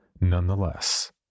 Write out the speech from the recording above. Nonetheless